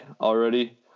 already